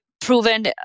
proven